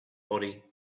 body